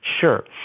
Sure